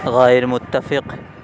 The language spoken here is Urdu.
غیر متفق